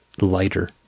lighter